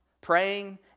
Praying